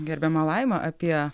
gerbiama laima apie